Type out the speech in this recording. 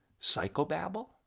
psychobabble